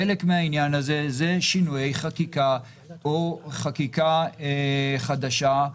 חלק מהעניין הזה הוא שינויי חקיקה או חקיקה חדשה,